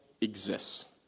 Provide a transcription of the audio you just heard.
exists